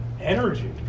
Energy